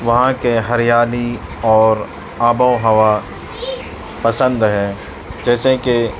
وہاں کے ہریالی اور آب و ہَوا پسند ہے جیسےکہ